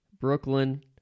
Brooklyn